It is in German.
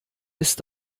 ist